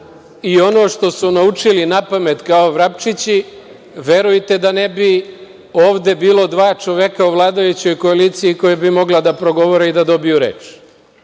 i ono što su naučili napamet kao vrapčići verujte da ne bi ovde bilo dva čoveka u vladajućoj koaliciji koja bi mogla da progovore i da dobiju